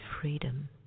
freedom